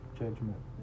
judgment